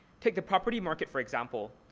take the property market for example.